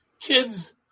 Kids